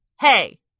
Hey